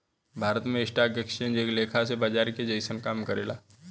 भारत में stock exchange एक लेखा से बाजार के जइसन काम करेला